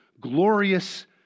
glorious